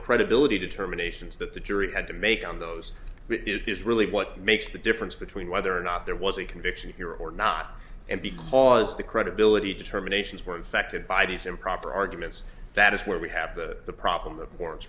credibility determinations that the jury had to make on those it is really what makes the difference between whether or not there was a conviction here or not and because the credibility determinations were affected by these improper arguments that is where we have the problem o